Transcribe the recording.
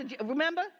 Remember